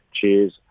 Cheers